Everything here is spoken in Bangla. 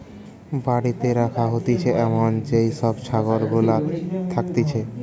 বাড়িতে রাখা হতিছে এমন যেই সব ছাগল গুলা থাকতিছে